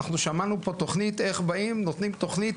שמענו פה תוכנית איך באים, נותנים תוכנית